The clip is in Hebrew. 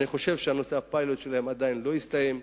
אני חושב שנושא הפיילוט שלהם עדיין לא הסתיים,